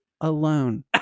alone